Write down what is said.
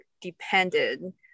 dependent